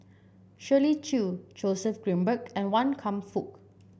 Shirley Chew Joseph Grimberg and Wan Kam Fook